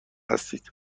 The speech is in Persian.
هستید